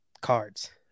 cards